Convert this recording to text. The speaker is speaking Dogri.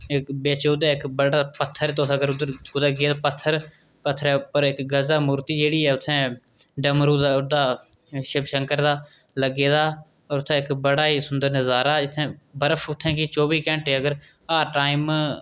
बिच ओह्दे इक बड़ा पत्थर तुस अगर उद्धर कुतै गेदे पत्थर पत्थरै उप्पर इक गजा मूर्ती जेह्ड़ी ऐ उत्थै डमरू दा ओह्दा शिव शंकर दा लग्गे दा होर उत्थै इक बड़ा ई सुंदर नजारा इत्थै बर्फ उत्थै कि चौह्बी घैंटें अगर हाफ टाइम